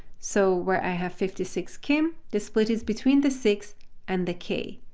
so where i have fifty six kim, the split is between the six and the k.